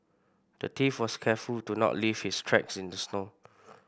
the thief was careful to not leave his tracks in the snow